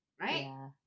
right